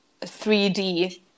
3d